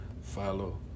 follow